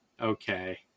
okay